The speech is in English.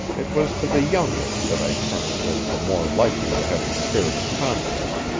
it was to the younger that i turned as the more likely to have the spirit of contest,